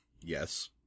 Yes